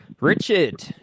Richard